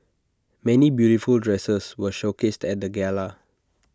many beautiful dresses were showcased at the gala